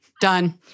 Done